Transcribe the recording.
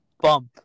bump